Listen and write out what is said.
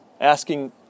asking